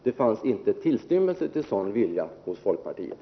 Det fanns inte tillstymmelse till sådan vilja hos folkpartiet.